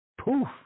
poof